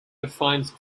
defines